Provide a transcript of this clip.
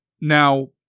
Now